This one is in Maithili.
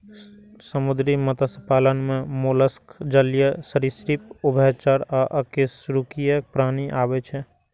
समुद्री मत्स्य पालन मे मोलस्क, जलीय सरिसृप, उभयचर आ अकशेरुकीय प्राणी आबै छै